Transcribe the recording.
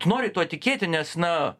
nori tuo tikėti nes na